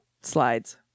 slides